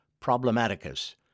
problematicus